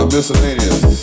miscellaneous